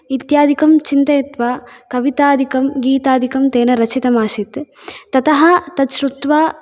इत्यादिकं चिन्तयित्वा कवितादिकं गीतादिकं तेन रचितमासीत् ततः तच्श्रुत्वा